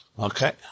Okay